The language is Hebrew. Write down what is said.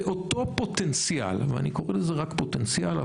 זה אותו פוטנציאל ואני קורא לזה רק פוטנציאל,